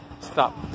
stop